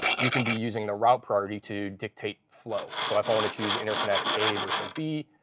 you can be using the route priority to dictate flow. so if i want to choose interconnect a versus b,